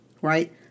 right